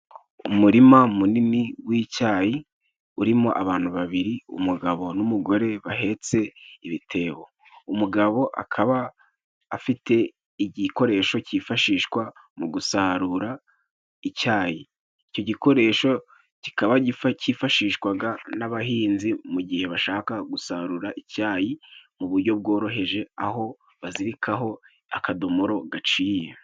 Umurima munini w'icyayi urimo abantu babiri umugabo n'umugore bahetse ibitebo. Umugabo akaba afite igikoresho cyifashishwa mu gusarura icyayi. Icyo gikoresho kikaba cyifashishwaga n'abahinzi mu gihe bashaka gusarura icyayi mu buryo bworoheje aho bazirikaho akadomoro gaciye.